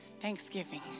Thanksgiving